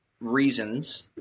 reasons